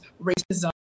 racism